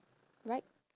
right